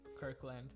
Kirkland